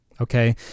Okay